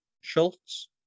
Schultz